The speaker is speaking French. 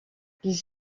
les